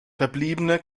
verbliebene